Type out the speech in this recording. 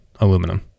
aluminum